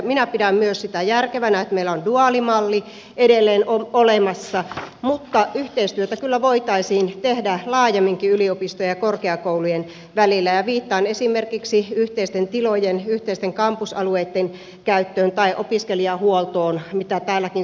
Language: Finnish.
minä pidän myös sitä järkevänä että meillä on duaalimalli edelleen olemassa mutta yhteistyötä kyllä voitaisiin tehdä laajemminkin yliopistojen ja korkeakoulujen välillä ja viittaan esimerkiksi yhteisten tilojen yhteisten kampusalueitten käyttöön tai opiskelijahuoltoon mitä täälläkin sivuttiin tässä terveydenhuoltokysymyksessä